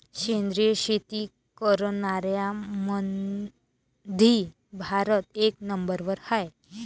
सेंद्रिय शेती करनाऱ्याईमंधी भारत एक नंबरवर हाय